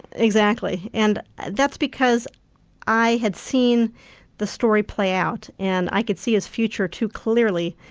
exactly and that's because i had seen the story play out and i could see his future too clearly,